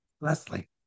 Leslie